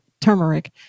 turmeric